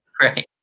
right